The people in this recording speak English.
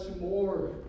more